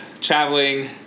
traveling